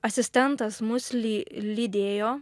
asistentas mus ly lydėjo